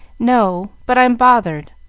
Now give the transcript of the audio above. no but i'm bothered.